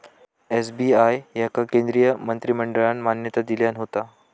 SBI याका केंद्रीय मंत्रिमंडळान मान्यता दिल्यान होता